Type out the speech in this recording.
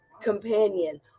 companion